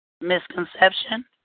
Misconception